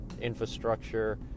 infrastructure